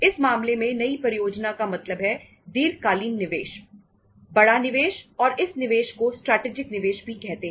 इस मामले में नई परियोजना का मतलब है दीर्घकालीन निवेश बड़ा निवेश और इस निवेश को स्ट्रैटेजिक निवेश भी कहते हैं